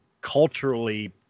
culturally